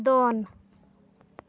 ᱫᱚᱱ